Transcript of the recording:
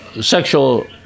sexual